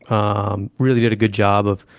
um really did a good job of